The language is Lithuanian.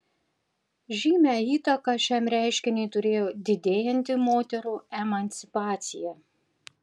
žymią įtaką šiam reiškiniui turėjo didėjanti moterų emancipacija